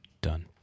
Done